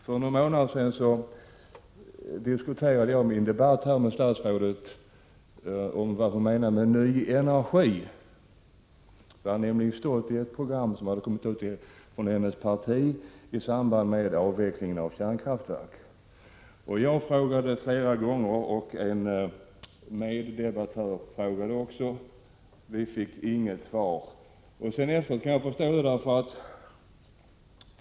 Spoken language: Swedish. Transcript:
För någon månad sedan diskuterade jag i en debatt här med statsrådet vad hon menade med ny energi, som det stod att läsa om i ett program från hennes parti i samband med avvecklingen av kärnkraftverk. Jag frågade flera gånger och en meddebattör frågade också, men vi fick inget svar. Efteråt kan jag förstå det.